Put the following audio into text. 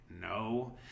No